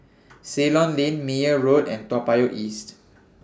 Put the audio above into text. Ceylon Lane Meyer Road and Toa Payoh East